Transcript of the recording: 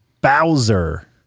Bowser